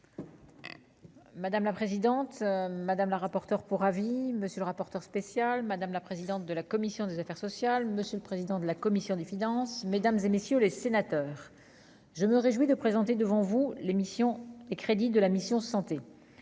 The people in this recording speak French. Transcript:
Madame la présidente, madame la rapporteure pour avis, monsieur le rapporteur spécial, madame la présidente de la commission des affaires sociales, monsieur le président de la commission des finances, mesdames et messieurs les sénateurs, je me réjouis de présenter devant vous, l'émission, les crédits de la mission santé